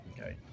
Okay